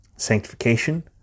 sanctification